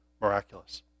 miraculous